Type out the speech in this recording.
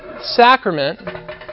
sacrament